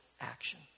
action